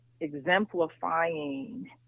exemplifying